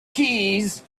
keys